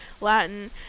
Latin